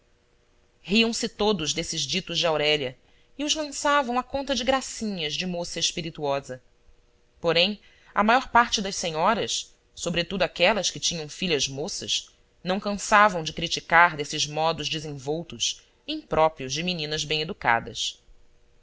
esse riam-se todos destes ditos de aurélia e os lançavam à conta de gracinhas de moça espirituosa porém a maior parte das senhoras sobretudo aquelas que tinham filhas moças não cansavam de criticar desses modos desenvoltos impróprios de meninas